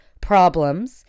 problems